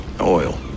Oil